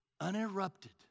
uninterrupted